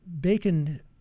Bacon